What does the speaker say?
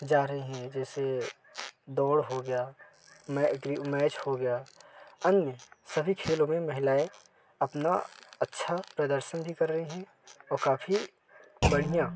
जा रही हैं जैसे दौड़ हो गया मैच हो गया अन्य सभी खेलों में महिलाएँ अपना अच्छा प्रदर्शन भी कर रही हैं और काफ़ी बढ़िया